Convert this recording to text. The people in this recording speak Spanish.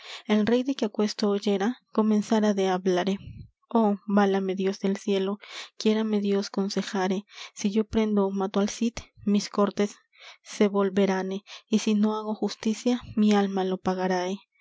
el rey de que aquesto oyera comenzara de hablare oh válame dios del cielo quiérame dios consejare si yo prendo ó mato al cid mis cortes se volverane y si no hago justicia mi alma lo pagarae